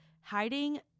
hiding